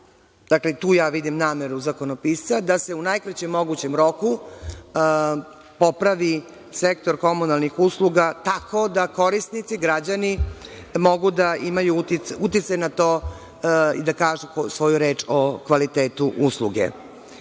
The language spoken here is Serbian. tu ja vidim nameru zakonopisca da se u najkraćem mogućem roku popravi sektor komunalnih usluga tako da korisnici, građani mogu da imaju uticaj na to i da kažu svoju reč o kvalitetu usluge.Za